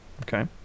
okay